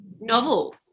novel